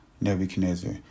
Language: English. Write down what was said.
Nebuchadnezzar